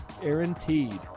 guaranteed